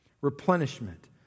replenishment